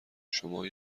شما